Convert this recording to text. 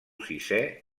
sisè